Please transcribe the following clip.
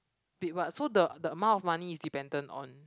wait what so the the amount of money is dependent on